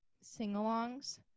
sing-alongs